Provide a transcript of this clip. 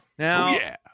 now